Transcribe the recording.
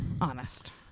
honest